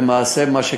השחתת פני מקרקעין.